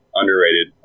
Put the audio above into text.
underrated